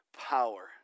power